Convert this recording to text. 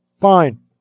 fine